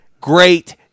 great